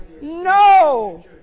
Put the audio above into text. No